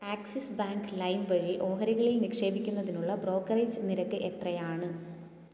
axis bank lime വഴി ഓഹരികളിൽ നിക്ഷേപിക്കുന്നതിനുള്ള ബ്രോക്കറേജ് നിരക്ക് എത്രയാണ്